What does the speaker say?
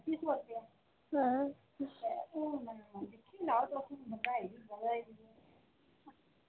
अं